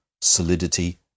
solidity